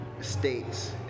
states